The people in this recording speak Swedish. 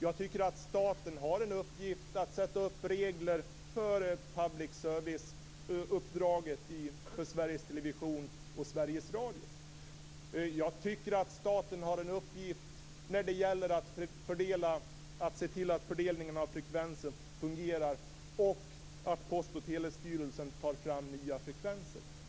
Jag tycker att staten har en uppgift att sätta upp regler för public service-uppdraget i Sveriges Television och Sveriges Radio. Jag tycker att staten har en uppgift att se till att fördelningen av frekvenser fungerar och att Post och telestyrelsen tar fram nya frekvenser.